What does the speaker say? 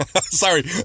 Sorry